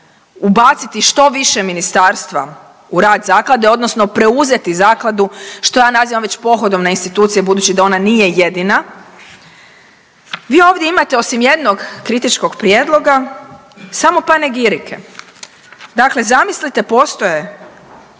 ubaciti što više ministarstva u rad zaklade, odnosno preuzeti zakladu što ja nazivam već pohodom na institucije budući da ona nije jedina. Vi ovdje imate osim jednog kritičkog prijedloga samo panegirike. Dakle, zamislite postoje